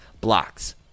blocks